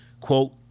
quote